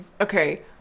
Okay